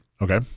okay